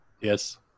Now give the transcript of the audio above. Yes